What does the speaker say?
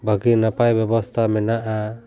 ᱵᱷᱟᱹᱜᱤ ᱱᱟᱯᱟᱭ ᱵᱮᱵᱚᱥᱛᱟ ᱢᱮᱱᱟᱜᱼᱟ